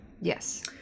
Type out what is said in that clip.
Yes